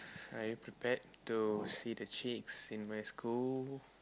are you prepared to see the chicks in my school